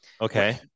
Okay